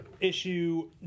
issue